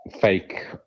fake